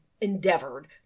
endeavored